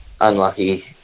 unlucky